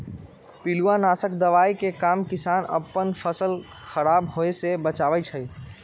पिलुआ नाशक दवाइ के काम किसान अप्पन फसल ख़राप होय् से बचबै छइ